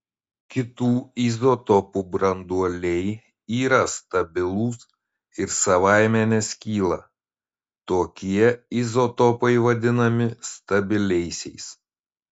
kitų izotopų branduoliai yra stabilūs ir savaime neskyla tokie izotopai vadinami stabiliaisiais